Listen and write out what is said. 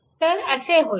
तर असे होईल